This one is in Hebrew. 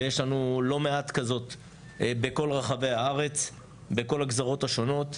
ויש לנו לא מעט כזאת בכל רחבי הארץ בכל הגזרות השונות,